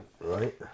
Right